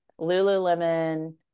Lululemon